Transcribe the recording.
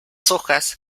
hojas